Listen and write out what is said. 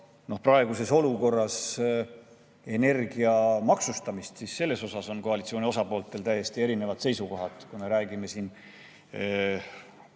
praeguses olukorras energia maksustamist, siis selles on koalitsiooni osapooltel täiesti erinevad seisukohad, kui me räägime